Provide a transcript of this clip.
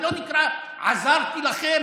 זה לא נקרא "עזרתי לכם".